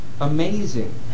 amazing